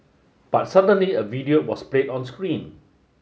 but suddenly a video was played on screen